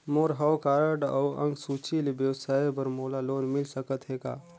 मोर हव कारड अउ अंक सूची ले व्यवसाय बर मोला लोन मिल सकत हे का?